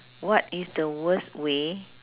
what is the worst way